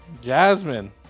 Jasmine